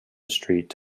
street